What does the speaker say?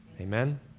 Amen